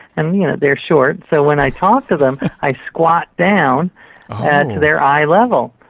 and and you know they're short, so when i talk to them, i squat down to their eye level.